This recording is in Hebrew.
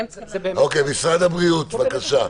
משרד הבריאות, בבקשה.